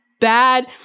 bad